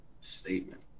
Statement